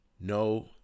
no